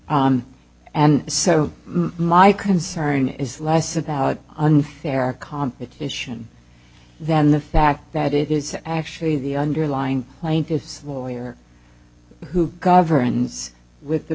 coverage and so my concern is less about unfair competition than the fact that it is actually the underlying plaintiff's lawyer who governs with the